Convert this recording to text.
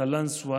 קלנסווה,